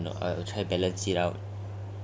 mm uh I will try and balance it out lah